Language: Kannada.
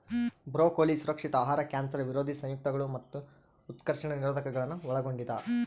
ಬ್ರೊಕೊಲಿ ಸುರಕ್ಷಿತ ಆಹಾರ ಕ್ಯಾನ್ಸರ್ ವಿರೋಧಿ ಸಂಯುಕ್ತಗಳು ಮತ್ತು ಉತ್ಕರ್ಷಣ ನಿರೋಧಕಗುಳ್ನ ಒಳಗೊಂಡಿದ